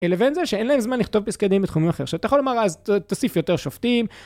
לבין זה שאין להם זמן לכתוב פסקי דין בתחומים אחרים. עכשיו אתה יכול לומר, אז תוסיף יותר שופטים.